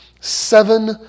seven